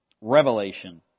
revelation